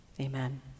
amen